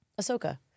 Ahsoka